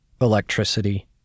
electricity